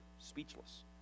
speechless